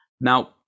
Now